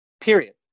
period